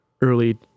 early